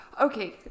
Okay